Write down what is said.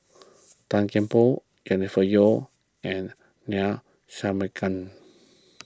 Tan Kian Por Jennifer Yeo and Neila